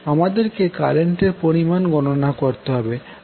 আমাদেরকে কারেন্টের পরিমান গণনা করতে হবে